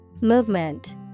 Movement